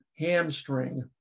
Hamstring